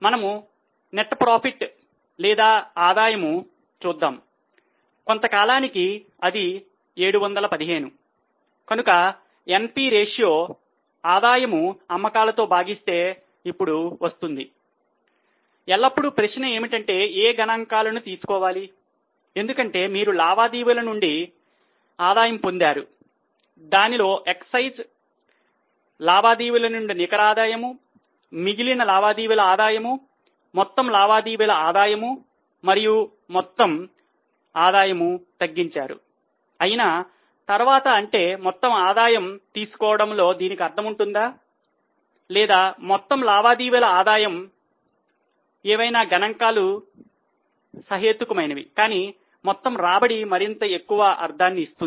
మనము నికర ఆదాయము ఏవైనా గణాంకాలు సహేతుకమైనవి కానీ మొత్తం రాబడి మరింత ఎక్కువ అర్ధాన్ని ఇస్తుంది